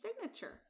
signature